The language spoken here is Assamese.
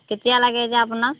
কেতিয়া লাগে এতিয়া আপোনাক